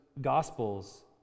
Gospels